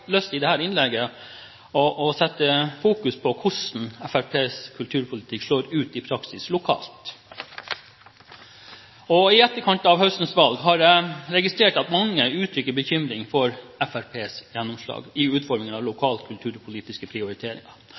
lyst til å fokusere på hvordan Fremskrittspartiets kulturpolitikk slår ut i praksis lokalt. I etterkant av høstens valg har jeg registrert at mange uttrykker bekymring for Fremskrittspartiets gjennomslag i utformingen av lokale kulturpolitiske prioriteringer.